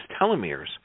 telomeres